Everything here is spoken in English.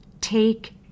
Take